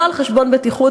לא על חשבון בטיחות,